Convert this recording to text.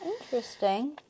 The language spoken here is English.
Interesting